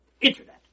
internet